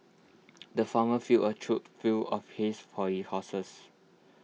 the farmer filled A trough full of hays for his horses